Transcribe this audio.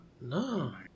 No